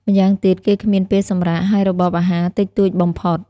ម្យ៉ាងទៀត គេគ្មានពេលសម្រាក ហើយរបបអាហារតិចតួចបំផុត ។